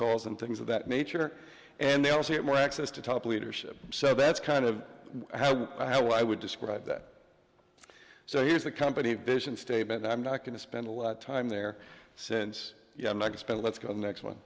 calls and things of that nature and they also have more access to top leadership so that's kind of how i would describe that so here's a company vision statement i'm not going to spend a lot of time there since i can spend let's go next one